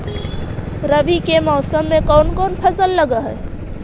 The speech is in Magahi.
रवि के मौसम में कोन कोन फसल लग है?